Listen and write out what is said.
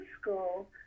school